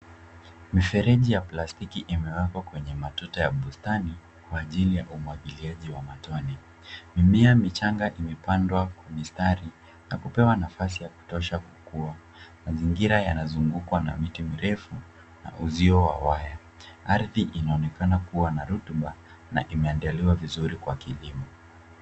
Mifereji ya plastiki imewekwa kwenye matuta ya bustani, kwa ajili ya umwagiliaji wa matone. Mimea michanga imepandwa kwa mistari na kupewa nafasi ya kutosha kukua. Mazingira yanazungukwa na miti mirefu na uzio wa waya. Ardhi inaonekana kuwa na rutuba na imeandaliwa vizuri kwa kilimo.